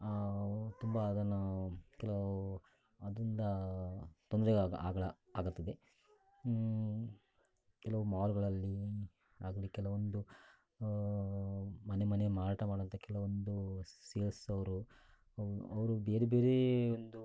ತುಂಬ ಅದನ್ನು ಕೆಲವು ಅದರಿಂದ ತೊಂದರೆಗಳು ಆಗಳ ಆಗುತ್ತದೆ ಕೆಲವು ಮಾಲ್ಗಳಲ್ಲಿ ಆಗಲಿ ಕೆಲವೊಂದು ಮನೆ ಮನೆ ಮಾರಾಟ ಮಾಡುವಂಥ ಕೆಲವೊಂದು ಸೇಲ್ಸ್ ಅವರು ಅವ್ ಅವರು ಬೇರ್ಬೇರೆ ಒಂದು